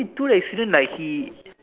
tool accident like he